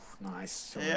nice